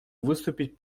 выступить